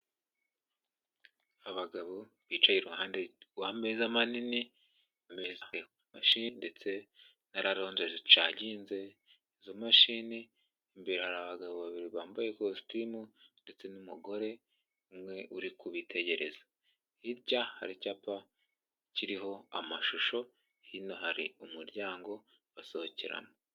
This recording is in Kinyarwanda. Abagabo bicaye iruhande rw'ameza manini, ku meza hari mashine ndetse na raronje zicaginze, izo mashini imbere hari abagabo babiri bambaye ikositimu, ndetse n'umugore umwe uri kubitegereza, hirya hari icyapa kiriho amashusho, hino hari umuryango basohokeramo.